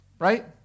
Right